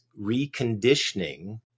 reconditioning